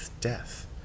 death